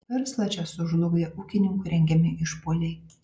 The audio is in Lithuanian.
verslą čia sužlugdė ūkininkų rengiami išpuoliai